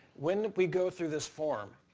when we go through this form,